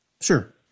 Sure